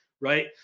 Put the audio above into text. right